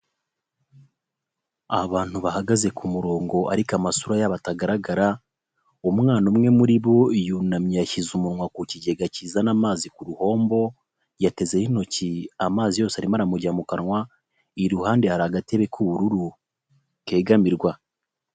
Abantu bahagaze ku murongo ariko amasura yabo atagaragara, umwana umwe muri bo yunamye yashyize umunwa ku kigega kizana amazi ku ruhombo, yatezeho intoki amazi yose arimo aramujya mu kanwa, iruhande hari agatebe k'ubururu kegamirwa.